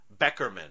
Beckerman